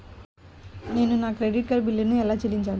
నేను నా credit card బిల్లును ఎలా చెల్లించాలీ?